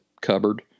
cupboard